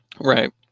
right